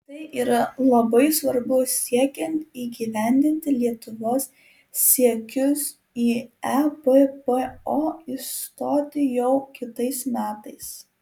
tai yra labai svarbu siekiant įgyvendinti lietuvos siekius į ebpo įstoti jau kitais metais